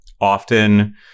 often